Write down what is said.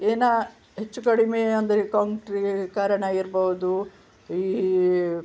ಏನ ಹೆಚ್ಚು ಕಡಿಮೆ ಅಂದರೆ ಕೌಂಟ್ರಿಕರಣ ಆಗಿರ್ಬೋದು ಈ